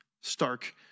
Stark